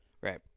Right